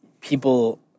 people